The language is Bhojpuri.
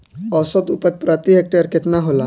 औसत उपज प्रति हेक्टेयर केतना होला?